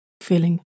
feeling